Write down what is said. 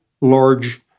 large